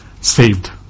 saved